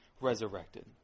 resurrected